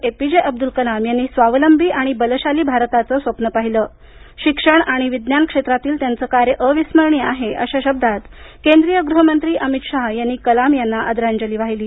APJ Abdul Kalam यांनी स्वावलंबी आणि बलशाली भारताचे स्वप्न पाहिले शिक्षण आणि विज्ञान क्षेत्रातील त्यांचे कार्य अविस्मरणीय आहे अशा शब्दात केंद्रीय गृह मंत्री अमित शाह यांनी कलाम यांना आदरांजली वाहिली आहे